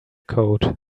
code